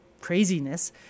craziness